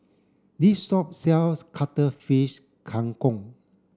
this shop sells Cuttlefish Kang Kong